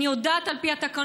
אני יודעת על פי התקנון,